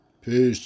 Peace